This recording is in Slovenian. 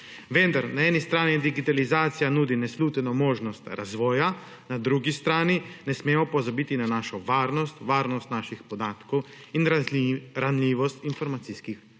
Vendar, na eni strani digitalizacija nudi nesluteno možnost razvoja, na drugi strani ne smemo pozabiti na našo varnost, varnost naših podatkov in ranljivost informacijskih sistemov.